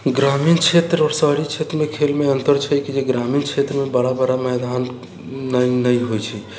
ग्रामीण क्षेत्र आओर शहरी क्षेत्रमे खेलमे अन्तर छै कि जे ग्रामीण क्षेत्रमे बड़ा बड़ा मैदान नहि ने होइ छै